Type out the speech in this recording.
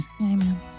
Amen